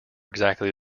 exactly